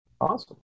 Awesome